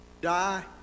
die